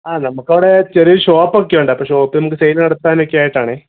ആ നമുക്കവിടെ ചെറിയൊരു ഷോപ്പൊക്കെയുണ്ട് അപ്പം ഷോപ്പിൽ നമുക്ക് സെയില് നടത്താനൊക്കെയായിട്ടാണെ